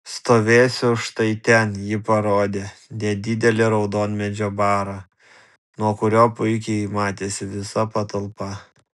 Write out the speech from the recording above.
stovėsiu štai ten ji parodė nedidelį raudonmedžio barą nuo kurio puikiai matėsi visa patalpa